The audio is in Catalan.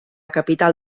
capital